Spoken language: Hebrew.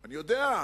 אני יודע,